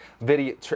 video